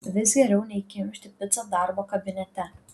vis geriau nei kimšti picą darbo kabinete